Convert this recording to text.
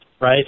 right